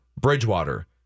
Bridgewater